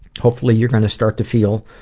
hopefully you're going to start to feel,